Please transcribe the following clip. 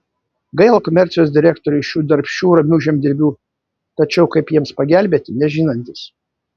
gaila komercijos direktoriui šių darbščių ramių žemdirbių tačiau kaip jiems pagelbėti nežinantis